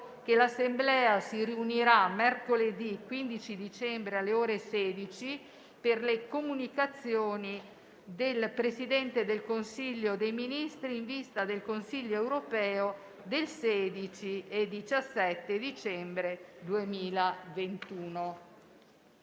che l'Assemblea si riunirà mercoledì 15 dicembre, alle ore 16, per le comunicazioni del Presidente del Consiglio dei ministri in vista del Consiglio europeo del 16 e 17 dicembre 2021.